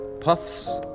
Puffs